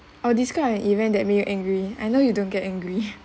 or describe an event that make you angry I know you don't get angry